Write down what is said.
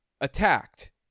attacked